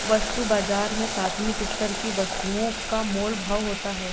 वस्तु बाजार में प्राथमिक स्तर की वस्तुओं का मोल भाव होता है